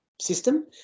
system